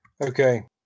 Okay